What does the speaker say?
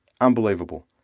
unbelievable